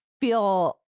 feel